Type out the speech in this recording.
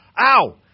Ow